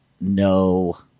no